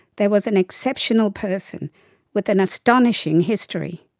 there was an exceptional person with an astonishing history.